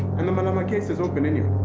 and the malama case is open anyway.